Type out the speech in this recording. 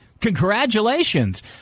Congratulations